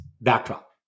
backdrop